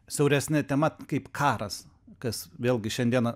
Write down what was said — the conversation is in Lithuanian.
siauresne tema kaip karas kas vėlgi šiandieną